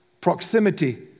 proximity